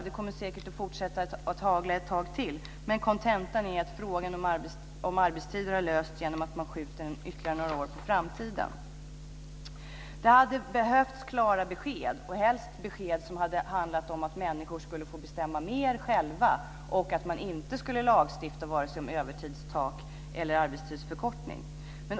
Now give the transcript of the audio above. Det kommer säkert att fortsätta hagla ett tag till. Men kontentan är att frågan om arbetstiden har lösts genom att man skjuter den ytterligare några år på framtiden. Det hade behövts klara besked, helst besked om att människor ska få bestämma mer själva och att man inte ska lagstifta om vare sig övertidstak eller arbetstidsförkortning.